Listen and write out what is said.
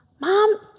Mom